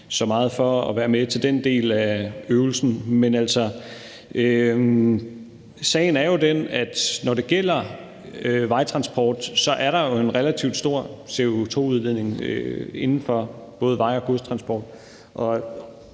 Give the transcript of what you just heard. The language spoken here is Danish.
så meget for at være med til den del af øvelsen. Men sagen er jo den, at når det gælder vejtransport, er der en relativt stor CO2-udledning fra både vej- og godstransport.